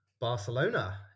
Barcelona